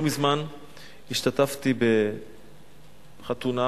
לא מזמן השתתפתי בחתונה.